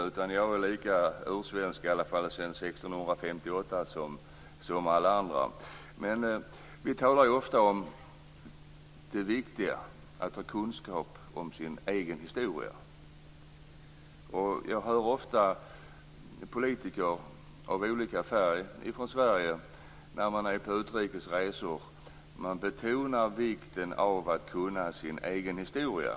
Jag är lika ursvensk som alla andra har varit sedan 1658. Vi talar ju ofta om det viktiga i att ha kunskap om sin egen historia. När jag är på utrikes resor hör jag ofta politiker av olika färg från Sverige betona vikten av att kunna sin egen historia.